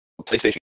playstation